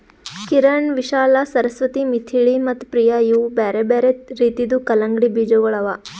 ಕಿರಣ್, ವಿಶಾಲಾ, ಸರಸ್ವತಿ, ಮಿಥಿಳಿ ಮತ್ತ ಪ್ರಿಯ ಇವು ಬ್ಯಾರೆ ಬ್ಯಾರೆ ರೀತಿದು ಕಲಂಗಡಿ ಬೀಜಗೊಳ್ ಅವಾ